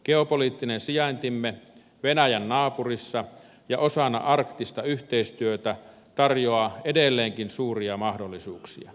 geopoliittinen sijaintimme venäjän naapurissa ja osana arktista yhteistyötä tarjoaa edelleenkin suuria mahdollisuuksia